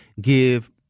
give